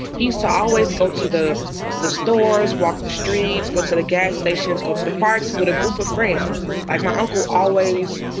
he used to always go to the to the store, is walk the streets, go to the gas stations, go to the parks with a group of friends like my uncle always,